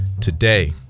Today